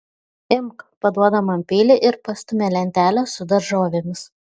imk paduoda man peilį ir pastumia lentelę su daržovėmis